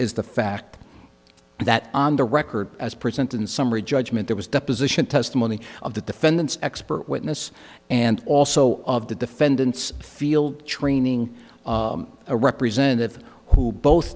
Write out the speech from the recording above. is the fact that on the record as presented in summary judgment there was deposition testimony of the defendant's expert witness and also of the defendants field training a representative who both